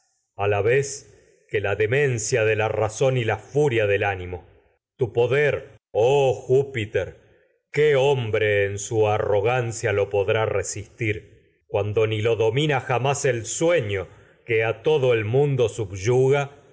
dioses la vez que la demen cia de la razón y la furia en su del ánimo tu poder oh jú resistir mun piter qué cuando do ni hombre domina arrogancia lo podrá lo jamás el sueño que a todo el subyuga